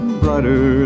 brighter